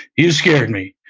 you scared me.